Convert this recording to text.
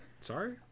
Sorry